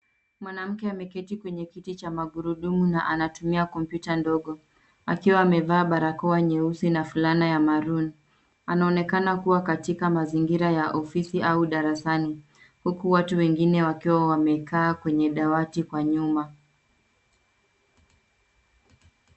Mwanamke ameketi kwenye kiti cha magurudumu na anatumia kompyuta ndogo akiwa amevaa barakoa nyeusi na fulana ya maroon . Anaonekana kuwa katika mazingira ya ofisi au darasani, huku watu wengine wakiwa wamekaa kwenye dawati kwa nyuma.